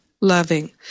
loving